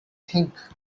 think